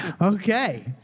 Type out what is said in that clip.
Okay